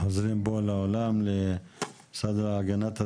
עוברים למשרד להגנת הסביבה,